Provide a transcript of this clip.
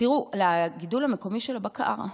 תראו, לגידול המקומי של הבקר,